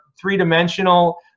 three-dimensional